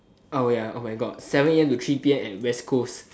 oh ya oh my god seven a_m to three p_m at west coast